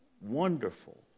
wonderful